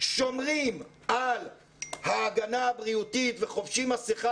שומרים על ההגנה הבריאותית וחובשים מסכה,